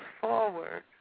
forward